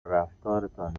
رفتارتان